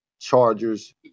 Chargers